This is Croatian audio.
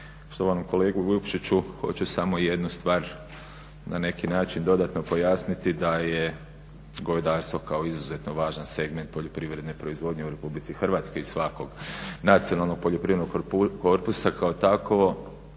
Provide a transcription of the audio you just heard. Štovanom kolegi Vukšiću hoću samo jednu stvar na neki način dodatno pojasniti da je govedarstvo kao izuzetno važan segment poljoprivredne proizvodnje u Republici Hrvatskoj i svakog nacionalnog poljoprivrednog korpusa kao takovo